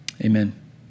Amen